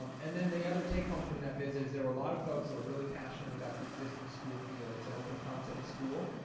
um and then the other take home from that visit is there were a lot of folks who were really passionate about the existing school feel it's an open concept school.